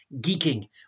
geeking